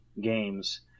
games